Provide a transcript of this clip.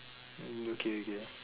mm okay okay ah